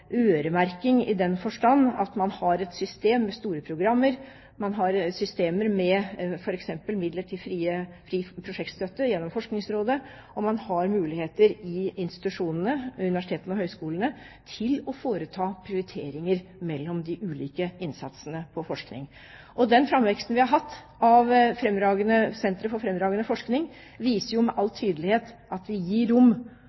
øremerking, i den forstand at man har et system med store programmer, man har systemer med f.eks. midler til fri prosjektstøtte gjennom Forskningsrådet, og man har muligheter i institusjonene – universitetene og høyskolene – til å foreta prioriteringer mellom de ulike innsatsene på forskning. Den framveksten vi har hatt av Sentre for fremragende forskning, viser med all tydelighet at vi gir rom